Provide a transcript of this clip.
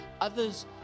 others